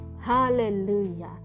Hallelujah